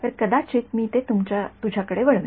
तर कदाचित मी ते तुझ्याकडे वळवीन